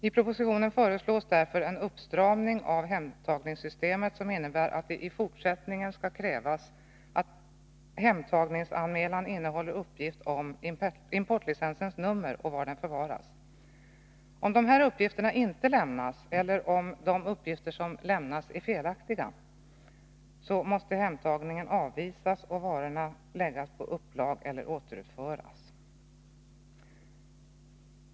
I propositionen föreslås därför en uppstramning av hemtagningssystemet som innebär att det i fortsättningen skall krävas att hemtagningsanmälan innehåller uppgift om importlicensens nummer och var den förvaras. Om de här uppgifterna inte lämnas eller om de uppgifter som lämnas är felaktiga, måste hemtagningen avvisas och varorna läggas på upplag eller återutföras.